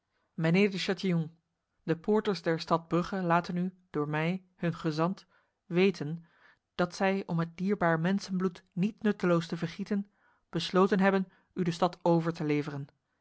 de chatillon de poorters der stad brugge laten u door mij hun gezant weten dat zij om het dierbaar mensenbloed niet nutteloos te vergieten besloten hebben u de stad over te leveren